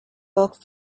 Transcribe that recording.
book